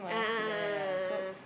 a'ah a'ah a'ah a'ah